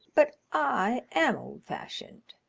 but i am old-fashioned.